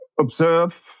observe